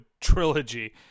trilogy